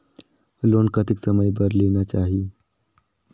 Loan कतेक समय बर लेना चाही?